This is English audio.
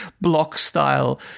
block-style